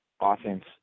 offense